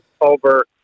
over